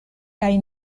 kaj